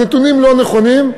הנתונים לא נכונים,